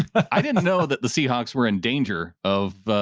i didn't know that the seahawks were in danger of,